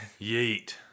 Yeet